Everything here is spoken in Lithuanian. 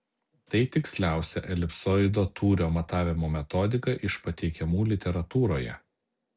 tai tiksliausia elipsoido tūrio matavimo metodika iš pateikiamų literatūroje